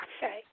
say